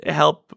help